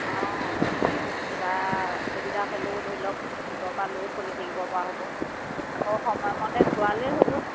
অঁ কিবা অসুবিধা হ'লেও ধৰি লওক গোটৰ পৰা লৈ চলি থাকিব পৰা হ'ব আকৌ সময়মতে ঘূৰালেই হৈ গ'ল